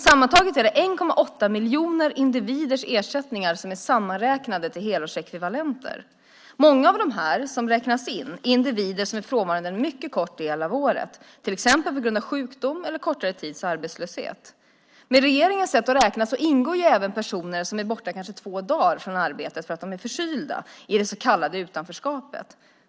Sammantaget är det 1,8 miljoner individers ersättningar som är sammanräknade till helårsekvivalenter. Många av dem som räknas in är individer som är frånvarande en mycket kort del av året, till exempel på grund av sjukdom eller kortare tids arbetslöshet. Med regeringens sätt att räkna ingår även personer som är borta kanske två dagar från arbetet för att de är förkylda i det så kallade utanförskapet.